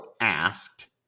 asked